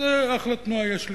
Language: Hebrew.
אחלה תנועה יש לי.